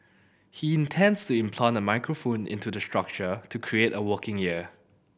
he intends to implant a microphone into the structure to create a working ear